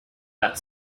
that